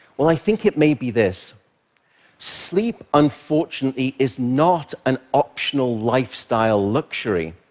well, i think it may be this sleep, unfortunately, is not an optional lifestyle luxury.